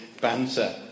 banter